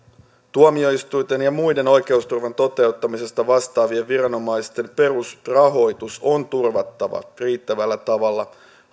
tuomioistuinten ja muiden oikeusturvan toteuttamisesta vastaavien viranomaisten perusrahoitus on turvattava riittävällä tavalla